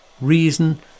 Reason